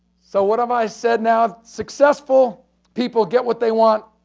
so, what have i said now? successful people get what they want.